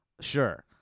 Sure